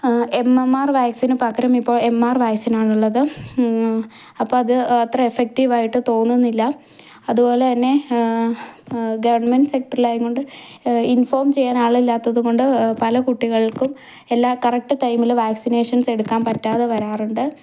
M M R വാക്സിന് പകരം ഇപ്പോൾ എം ആർ വാക്സിൻ ആണുള്ളത് അപ്പോൾ അത് അത്ര എഫക്റ്റീവ് ആയിട്ട് തോന്നുന്നില്ല അതുപോലെ തന്നെ ഗവൺമെൻറ് സെക്ടറിൽ ആയതുകൊണ്ട് ഇൻഫോം ചെയ്യാൻ ആളില്ലാത്തതുകൊണ്ട് പല കുട്ടികൾക്കും എല്ലാ കറക്റ്റ് ടൈമിൽ വാക്സിനേഷൻസ് എടുക്കാൻ പറ്റാതെ വരാറുണ്ട്